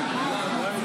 איזה פשיסטים אתם, וואו.